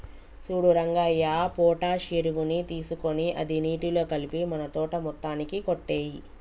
సూడు రంగయ్య పొటాష్ ఎరువుని తీసుకొని అది నీటిలో కలిపి మన తోట మొత్తానికి కొట్టేయి